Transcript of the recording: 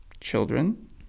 children